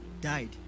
died